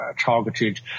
targeted